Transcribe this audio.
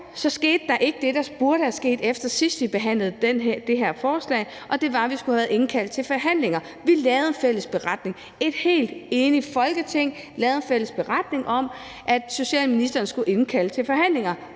skete der ikke det, der burde være sket, efter at vi sidst behandlede det her forslag, og det var, at vi skulle have været indkaldt til forhandlinger. Vi lavede – et helt enigt Folketing – en fælles beretning om, at socialministeren skulle indkalde til forhandlinger.